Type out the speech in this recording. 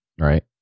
Right